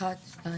הצבעה אושר